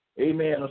Amen